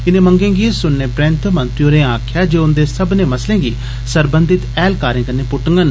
इनें मंगें गी सुनन परैन्त मंत्री होरें आखेआ जे ओह उंदे सब्मनें मसलें गी सरबंधत ऐहलकारें कन्नै पुट्टडन